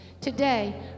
today